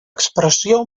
expressió